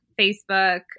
Facebook